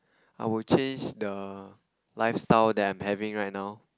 I would change the lifestyle that I'm having right now